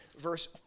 verse